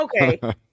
okay